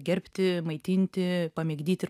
gerbti maitinti pamigdyt ir